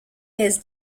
his